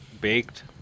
baked